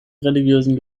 religiösen